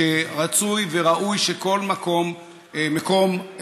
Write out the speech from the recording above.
שרצוי וראוי שכל מקום ציבורי,